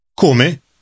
Come